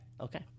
Okay